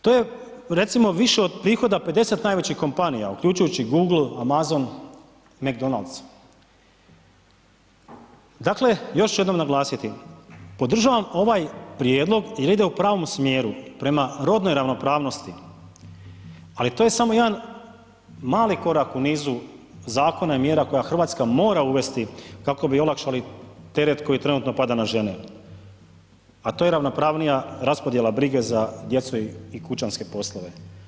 To je recimo više od prihoda 50 najvećih kompanija uključujući Google, Amazon, McDonald's, dakle još ću jednom naglasiti, podržavam ovaj Prijedlog jer ide u pravom smjeru prema rodnoj ravnopravnosti, ali to je samo jedan mali korak u nizu Zakona i mjera koja Hrvatska mora uvesti kako bi olakšali teret koji trenutno pada na žene, a to je ravnopravnija raspodjela brige za djecu i kućanske poslove.